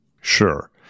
Sure